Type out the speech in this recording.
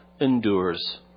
endures